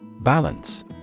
Balance